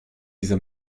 diese